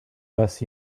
best